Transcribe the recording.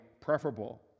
preferable